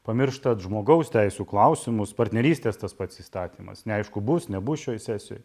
pamirštat žmogaus teisių klausimus partnerystės tas pats įstatymas neaišku bus nebus šioj sesijoj